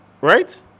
Right